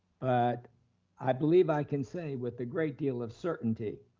but i believe i can say with a great deal of certainty,